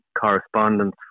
correspondence